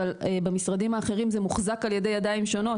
אבל במשרדים האחרים זה מוחזק על ידי ידיים שונות,